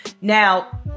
Now